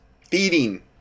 feeding